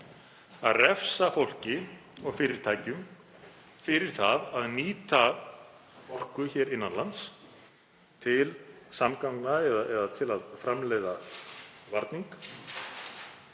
að refsa fólki og fyrirtækjum fyrir að nýta orku hér innan lands til samgangna eða til að framleiða varning